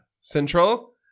central